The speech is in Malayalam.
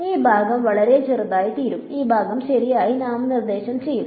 ഈ ഭാഗം വളരെ ചെറുതായിത്തീരും ഈ ഭാഗം ശരിയായി നാമനിർദ്ദേശം ചെയ്യും